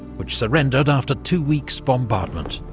which surrendered after two weeks' bombardment.